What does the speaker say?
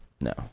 No